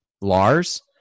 Lars